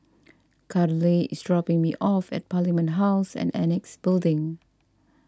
Karley is dropping me off at Parliament House and Annexe Building